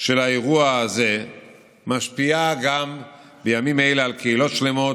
של האירוע הזה משפיעה גם בימים אלה על קהילות שלמות,